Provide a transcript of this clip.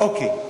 אוקיי.